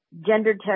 gender